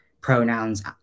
pronouns